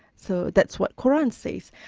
so, that's what qur'an says.